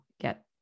get